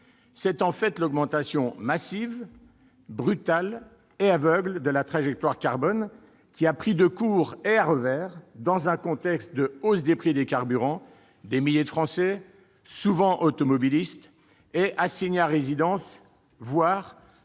l'an dernier. L'augmentation massive, brutale et aveugle de la trajectoire carbone a pris de court et à revers, dans un contexte de hausse du prix des carburants, des milliers de Français, souvent automobilistes, assignés à résidence et